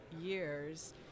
years